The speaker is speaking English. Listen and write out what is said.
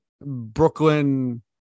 brooklyn